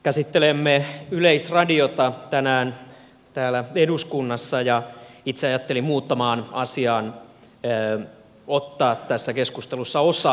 käsittelemme yleisradiota tänään täällä eduskunnassa ja itse ajattelin muutamaan asiaan ottaa tässä keskustelussa osaa